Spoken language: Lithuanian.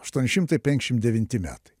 aštuoni šimtai penkiasdešim devinti metai